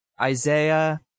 Isaiah